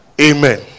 Amen